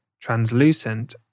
translucent